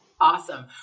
Awesome